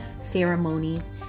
ceremonies